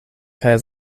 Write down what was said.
kaj